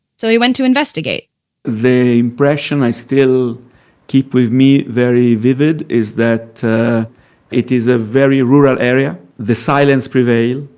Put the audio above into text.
so he went to investigate the impression i still keep with me very vivid, is that it is a very rural area, the silence prevail.